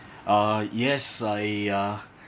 uh yes I uh